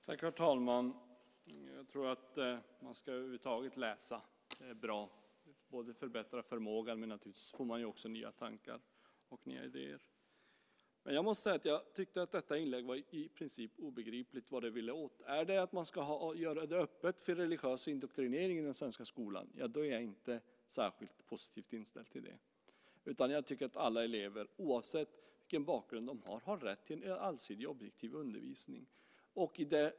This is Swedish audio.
Herr talman! Jag tror att man över huvud taget ska läsa. Det är bra och förbättrar förmågan. Naturligtvis får man också nya tankar och nya idéer. Men jag måste säga att det i inlägget var i princip obegripligt vad du vill komma åt. Om det är att man ska göra det öppet för religiös indoktrinering i den svenska skolan är jag inte särskilt positivt inställd. Jag tycker att alla elever, oavsett vilken bakgrund de har, har rätt till en allsidig och objektiv undervisning.